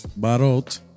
Barot